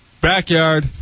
Backyard